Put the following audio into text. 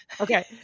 Okay